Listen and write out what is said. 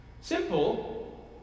Simple